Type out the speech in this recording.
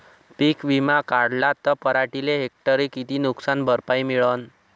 पीक विमा काढला त पराटीले हेक्टरी किती नुकसान भरपाई मिळीनं?